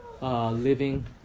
living